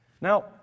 Now